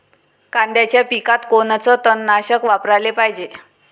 कांद्याच्या पिकात कोनचं तननाशक वापराले पायजे?